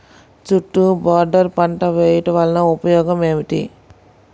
చుట్టూ బోర్డర్ పంట వేయుట వలన ఉపయోగం ఏమిటి?